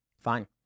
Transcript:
Fine